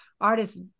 artists